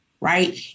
right